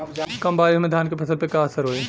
कम बारिश में धान के फसल पे का असर होई?